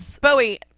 Bowie